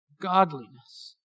Godliness